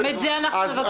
גם את זה אנחנו מבקשים.